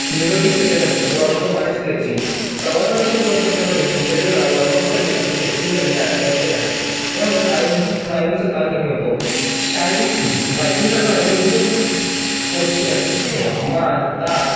निरोगी कसे राहावे वॉर्मअप आणि स्ट्रेचिंग प्रवासाला सुरवात करण्यापूर्वी शरीराला वॉर्मप करणे आणि स्ट्रेचिंग करणे अत्यावश्यक आहे यामुळे सायुन स्नायूंचा ताण कमी होतो शारीरिक स्थिती बाईकिंग करताना योग्य पोश्चर ठेवा मान ताठ